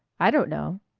i don't know.